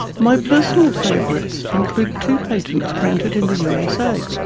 my personal favourites include two patents granted in the usa